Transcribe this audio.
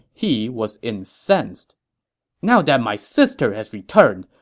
he was incensed now that my sister has returned,